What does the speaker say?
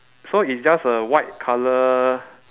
so it's just a white colour